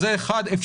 זה דבר אחד.